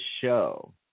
show